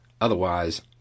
Otherwise